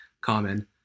common